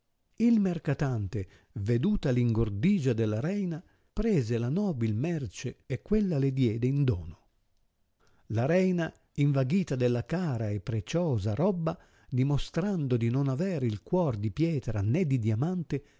il mercatante veduta l ingordigia della reina prese la nobil merce e quella le diede in dono la reina invaghita della cara e preciosa robba dimostrando di non aver il cuor di pietra né di diamante